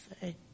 say